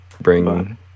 bring